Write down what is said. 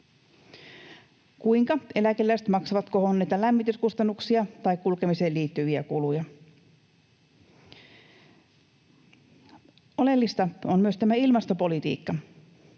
Kuinka eläkeläiset maksavat kohonneita lämmityskustannuksia tai kulkemiseen liittyviä kuluja? Oleellista on myös tämä ilmastopolitiikka,